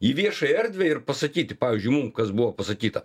į viešąją erdvę ir pasakyti pavyzdžių mum kas buvo pasakyta